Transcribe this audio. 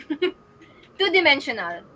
Two-dimensional